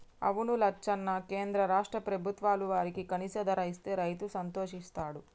అవును లచ్చన్న కేంద్ర రాష్ట్ర ప్రభుత్వాలు వారికి కనీస ధర ఇస్తే రైతు సంతోషిస్తాడు